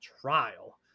trial